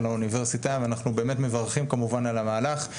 האוניברסיטה ואנחנו כמובן מברכים על המהלך,